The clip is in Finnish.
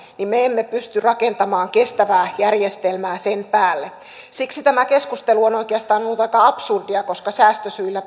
niin me emme pysty rakentamaan kestävää järjestelmää sen päälle siksi tämä keskustelu on oikeastaan ollut aika absurdia koska säästösyillä